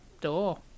door